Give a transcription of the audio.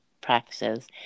practices